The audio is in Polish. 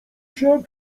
się